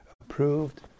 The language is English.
approved